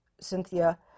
Cynthia